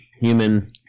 human